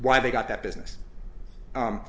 why they got that business